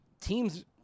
teams